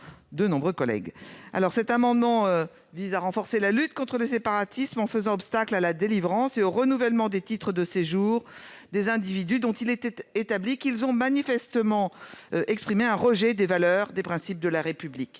ne nous surprend pas de sa part. Il vise à renforcer la lutte contre le séparatisme en faisant obstacle à la délivrance et au renouvellement des titres de séjour des individus dont il est établi qu'ils ont manifestement exprimé un rejet des valeurs de la République,